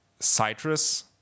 citrus